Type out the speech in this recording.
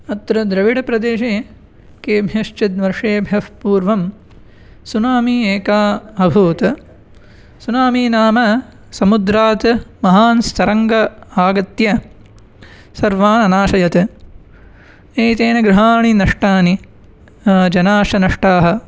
अत्र द्रविडप्रदेशे केभ्यश्चिद् वर्षेभ्यः पूर्वं सुनामी एका अभूत् सुनामि नाम समुद्रात् महान् तरङ्गम् आगत्य सर्वानाशयत् एतेन गृहाणि नष्टानि जनाः नष्टाः